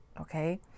okay